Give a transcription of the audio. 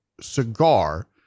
cigar